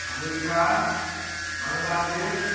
America Bangladesh